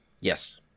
Yes